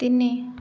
ତିନି